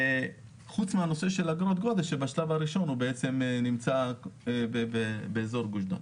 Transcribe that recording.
חוץ מהנושא של אגרות גודש שבשלב הראשון נמצא באזור גוש דן.